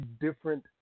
different